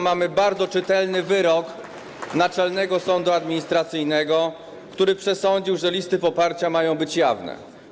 Mamy bardzo czytelny wyrok Naczelnego Sądu Administracyjnego, który przesądził, że listy poparcia mają być jawne.